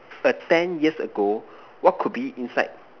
err ten years ago what could be inside